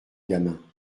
gamin